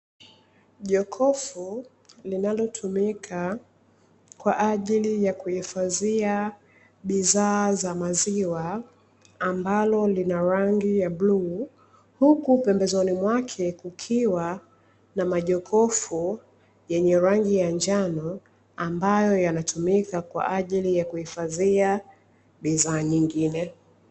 Jokofu linalotukia kwa ajili ya kuhifadhia bidhaa za maziwa ambalo lina rangi ya bluu, huku pembezoni mwake kukiwa na majokofu yenye rangi ya njano ambayo yanatumika kwa ajili ya kuhifadhia bidhaa nyingine.